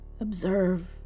Observe